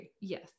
yes